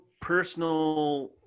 personal